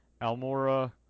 Almora